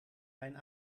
mijn